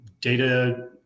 data